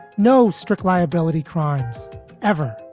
no strict liability crimes ever.